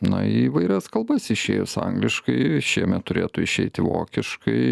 na į įvairias kalbas išėjus angliškai šiemet turėtų išeiti vokiškai